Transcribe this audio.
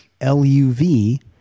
L-U-V